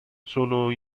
sono